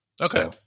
Okay